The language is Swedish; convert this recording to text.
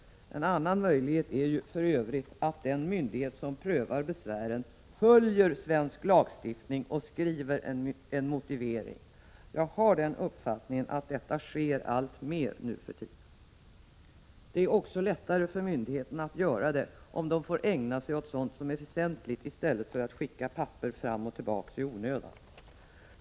En annan möjlighet är ju för övrigt att den myndighet som prövar besvären följer svensk lagstiftning och skriver en motivering. Jag har den uppfattningen att detta sker alltmer nu för tiden. Det är också lättare för myndigheterna att göra det, om de får ägna sig åt sådant som är väsentligt i stället för att skicka papper fram och tillbaka i onödan.